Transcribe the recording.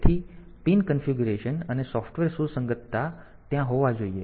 તેથી pin configuration અને software સુસંગતતા ત્યાં હોવા જોઈએ